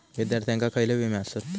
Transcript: विद्यार्थ्यांका खयले विमे आसत?